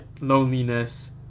loneliness